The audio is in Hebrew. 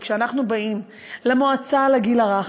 וכשאנחנו באים למועצה לגיל הרך,